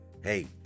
hey